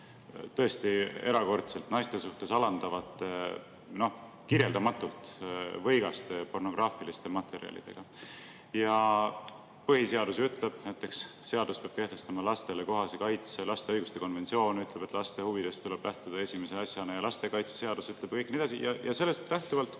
suhtes erakordselt alandavate, kirjeldamatult võigaste pornograafiliste materjalidega. Põhiseadus ütleb, et seadus peab kehtestama lastele kohase kaitse, lapse õiguste konventsioon ütleb, et laste huvidest tuleb lähtuda esimese asjana, ja lastekaitseseadus ütleb … Ja nii edasi.